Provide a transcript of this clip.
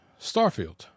Starfield